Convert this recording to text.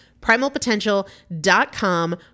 Primalpotential.com